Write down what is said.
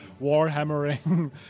warhammering